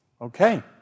Okay